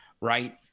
right